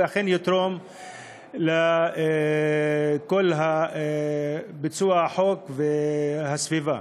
והוא אכן יתרום לכל ביצוע החוק והגנת הסביבה.